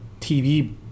tv